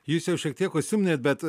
jūs jau šiek tiek užsiminėt bet